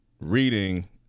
reading